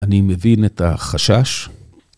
אני מבין את החשש.